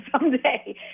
someday